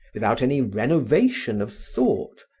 without any renovation of thought,